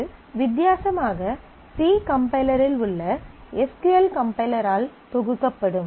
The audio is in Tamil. இது வித்தியாசமாக சி கம்பைலரில் உள்ள எஸ் க்யூ எல் கம்பைலரால் தொகுக்கப்படும்